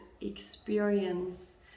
experience